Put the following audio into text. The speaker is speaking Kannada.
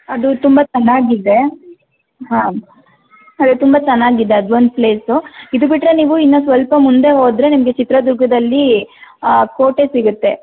ಅದು ತುಂಬ ಚೆನ್ನಾಗಿದೆ ಹಾಂ ಅದೇ ತುಂಬ ಚೆನ್ನಾಗಿದೆ ಅದು ಒಂದು ಪ್ಲೇಸು ಇದು ಬಿಟ್ಟರೆ ನೀವು ಇನ್ನೂ ಸ್ವಲ್ಪ ಮುಂದೆ ಹೋದರೆ ನಿಮಗೆ ಚಿತ್ರದುರ್ಗದಲ್ಲಿ ಕೋಟೆ ಸಿಗುತ್ತೆ